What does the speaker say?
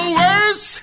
worse